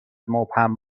مبهم